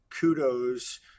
kudos